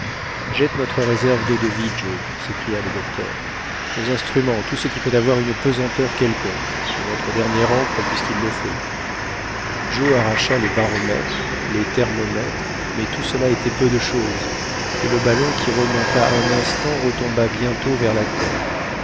jette notre réserve d'eau-de-vie joe s'écria le docteur nos instruments tout ce qui peut avoir une pesanteur quelconque et notre dernière ancre puisqu'il le faut joe arracha les baromètres les thermomètres mais tout cela était peu de chose et le ballon qui remonta un instant retomba bientôt vers la terre